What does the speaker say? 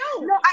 No